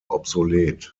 obsolet